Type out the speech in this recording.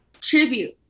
tribute